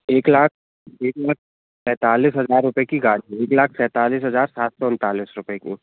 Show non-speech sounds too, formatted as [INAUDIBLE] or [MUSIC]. एक लाख एक [UNINTELLIGIBLE] सैंतालीस हज़ार रुपये की गाड़ी है एक लाख सैंतालीस हज़ार सात सौ उनतालीस रुपये की